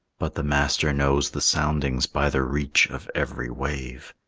but the master knows the soundings by the reach of every wave.